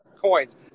coins